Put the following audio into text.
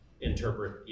interpret